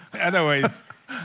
Otherwise